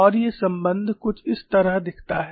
और ये सम्बन्ध कुछ इस तरह दिखता है